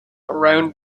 around